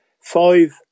five